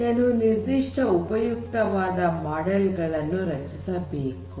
ಕೆಲವು ನಿರ್ಧಿಷ್ಟ ಉಪಯುಕ್ತವಾದ ಮಾಡೆಲ್ ಗಳನ್ನು ರಚಿಸಬೇಕು